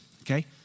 Okay